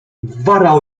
wara